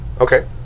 Okay